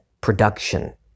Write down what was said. production